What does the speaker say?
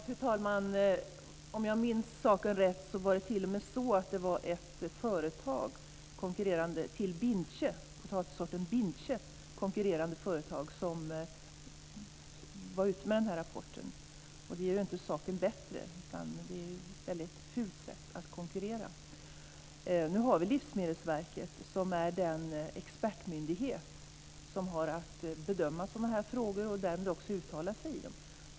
Fru talman! Om jag minns saken rätt var det t.o.m. så att det var ett företag som sålde en potatissort som konkurrerade med potatissorten bintje som gick ut med denna rapport. Det gör inte saken bättre. Det är ett väldigt fult sätt att konkurrera. Livsmedelsverket är den expertmyndighet som har att bedöma sådana här frågor och därmed också uttala sig i dem.